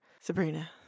Sabrina